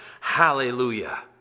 Hallelujah